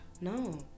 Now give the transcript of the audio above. no